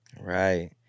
Right